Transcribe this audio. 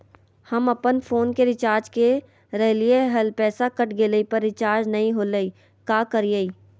हम अपन फोन के रिचार्ज के रहलिय हल, पैसा कट गेलई, पर रिचार्ज नई होलई, का करियई?